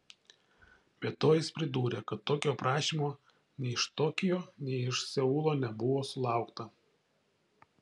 be to jis pridūrė kad tokio prašymo nei iš tokijo nei iš seulo nebuvo sulaukta